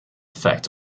effect